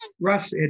Russ